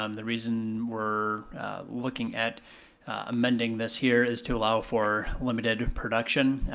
um the reason we're looking at amending this here is to allow for limited production.